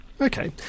Okay